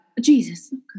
Jesus